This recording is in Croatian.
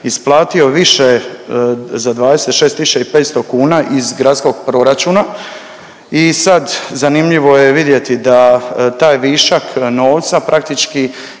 isplatio više za 26.500 kuna iz gradskog proračuna i sad zanimljivo je vidjeti da taj višak novca praktički